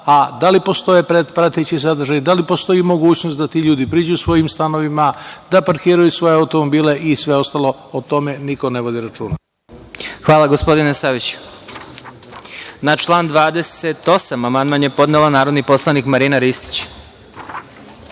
a da li postoje prateći sadržaji, da li postoji mogućnost da tu ljudi priđu svojim stanovima, da parkiraju svoje automobile i sve ostalo, o tome niko ne vodi računa. **Vladimir Marinković** Hvala gospodine Saviću. Na član 28. amandman je podnela narodni poslanik Marina Ristić. Na